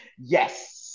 Yes